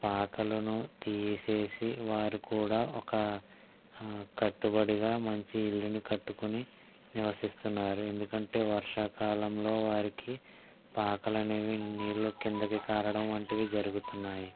పాకలను తీసేసి వారు కూడా ఒక కట్టుబడిగా మంచి ఇళ్ళని కట్టుకొని నివసిస్తున్నారు ఎందుకంటే వర్షాకాలంలో వారికి పాకలు అనేవి నీళ్ళు క్రిందకి కారడం వంటివి జరుగుతున్నాయి